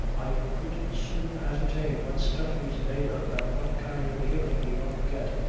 i could soon ascertain what stuff he's made of, and what kind of a hearing he ought to get.